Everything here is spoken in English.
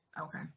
Okay